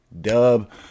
dub